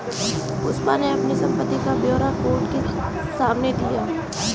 पुष्पा ने अपनी संपत्ति का ब्यौरा कोर्ट के सामने दिया